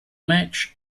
match